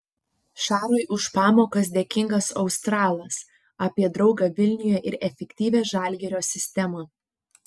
šarui už pamokas dėkingas australas apie draugą vilniuje ir efektyvią žalgirio sistemą